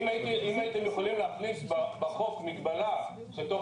אם הייתם יכולים להכניס בחוק מגבלה שתוך